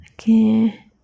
Okay